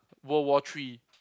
World War three